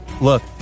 Look